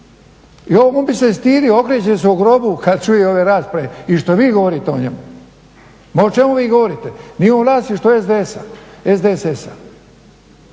i ovome bi se stidio, okreće se u grobu kad čuje ove rasprave i što vi govorite o njemu, ma o čemu vi govorite, nije u vlasništvu SDSS-a.